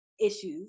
issues